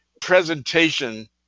presentation